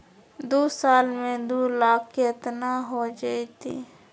दू साल में दू लाख केतना हो जयते?